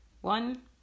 One